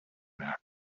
merken